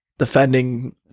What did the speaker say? defending